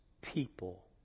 people